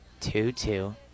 Two-two